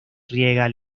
riega